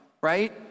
right